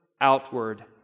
outward